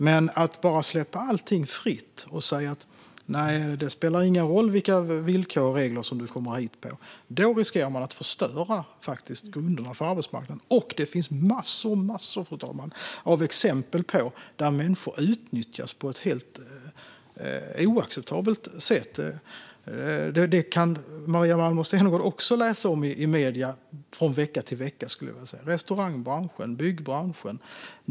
Men om vi bara släpper allting fritt och säger att det inte spelar någon roll under vilka villkor och regler som någon har kommit hit på riskerar vi faktiskt att förstöra grunderna för arbetsmarknaden. Och det finns massor med exempel på människor som utnyttjas på ett helt oacceptabelt sätt. Det kan Maria Malmer Stenergard också läsa om i medierna från vecka till vecka, skulle jag vilja säga. Det handlar bland annat om restaurangbranschen och byggbranschen.